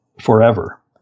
forever